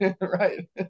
Right